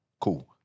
Cool